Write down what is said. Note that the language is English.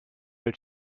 will